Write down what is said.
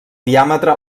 diàmetre